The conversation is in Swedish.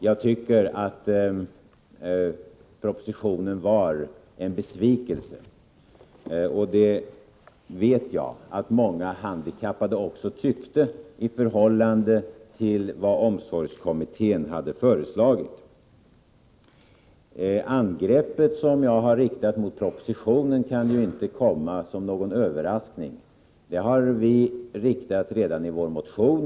Jag tycker att propositionen var en besvikelse, och det vet jag att många handikappade tyckte att den var, i förhållande till vad omsorgskommittén hade föreslagit. Angreppet som jag har riktat mot propositionen kan inte komma som någon överraskning. Vi anförde dessa synpunkter redan i vår motion.